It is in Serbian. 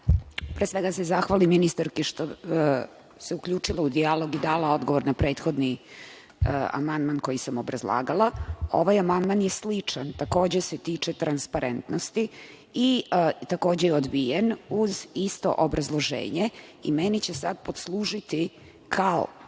svega, da se zahvalim ministarki što se uključila u dijalog i dala odgovor na prethodni amandman koji sam obrazlagala. Ovaj amandman je sličan. Takođe se tiče transparentnosti i takođe je odbijen uz isto obrazloženje. Meni će sad poslužiti kao